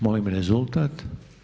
Molim rezultat.